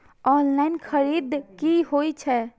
Online खरीद की होए छै?